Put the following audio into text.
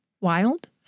wild